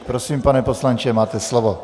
Prosím, pane poslanče, máte slovo.